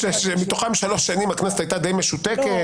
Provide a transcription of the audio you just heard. מתוכם שלוש שנים הכנסת הייתה די משותקת.